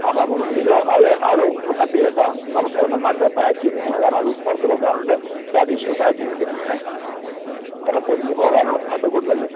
അപ്പം മൂന്ന് കിലോ അത് അത് കട്ട് ചെയ്യേണ്ട നമുക്കത് നന്നായിട്ട് പാക്ക് ചെയ്തേക്കണം കാരണം അത് പുറത്ത് കൊണ്ടുപോകാനുള്ളതുകൊണ്ട് അഡീഷണൽ പാക്കിങ് ഇട്ട് ചെയ്യണെ കാരണം പൊടിഞ്ഞ് പോകാനുള്ള സാധ്യത കൂടുതൽ അല്ലേ